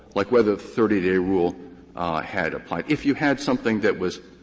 like whether the thirty day rule had applied. if you had something that was